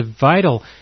vital